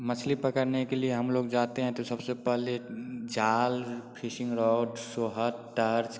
मछली पकड़ने के लिए हम लोग जाते हैं तो सबसे पहले जाल फिशिंग रॉड सोहत टोर्च